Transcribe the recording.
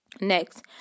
Next